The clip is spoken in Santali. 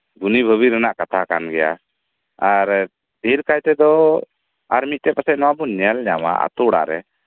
ᱩᱱᱤ ᱵᱟᱹᱜᱤ ᱨᱮᱭᱟᱜ ᱠᱟᱛᱷᱟ ᱠᱟᱱ ᱜᱮᱭᱟ ᱟᱨ ᱰᱷᱮᱨ ᱠᱟᱭ ᱛᱮᱫᱚ ᱟᱨ ᱢᱤᱫᱴᱮᱡ ᱯᱟᱪᱮᱜ ᱵᱚᱱ ᱧᱮᱞ ᱧᱟᱢᱟ ᱚᱲᱟᱜ ᱨᱮ